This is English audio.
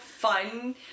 fun